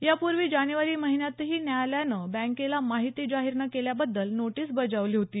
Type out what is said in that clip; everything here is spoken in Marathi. यापूर्वी जानेवारी महिन्यातही न्यायालयानं बँकेला माहिती जाहीर न केल्याबद्दल नोटीस बजावली होती